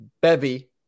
bevy